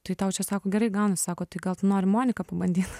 tai tau čia sako gerai gaunas sako tai gal tu nori moniką pabandyt